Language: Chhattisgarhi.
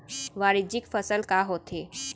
वाणिज्यिक फसल का होथे?